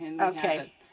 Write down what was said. Okay